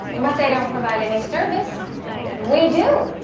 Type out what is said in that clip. what they don't provide any service we do.